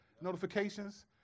notifications